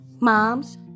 Moms